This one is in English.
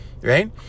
right